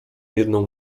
jedną